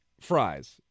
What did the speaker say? fries